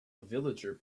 villager